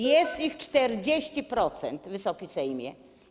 Jest ich 40%, Wysoki Sejmie.